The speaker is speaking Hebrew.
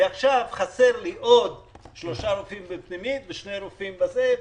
ועכשיו חסרים לי עוד 3 רופאים בפנימית ושני רופאים במחלקה אחרת.